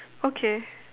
okay